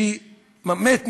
שמת מהקור,